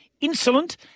insolent